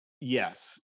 Yes